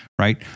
right